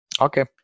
Okay